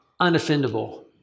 unoffendable